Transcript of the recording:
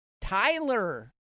Tyler